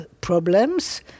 problems